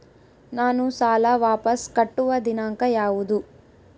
ನಾನು ಸಾಲ ವಾಪಸ್ ಕಟ್ಟುವ ದಿನಾಂಕ ಯಾವುದು?